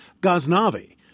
Ghaznavi